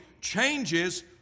changes